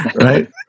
Right